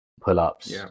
pull-ups